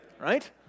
Right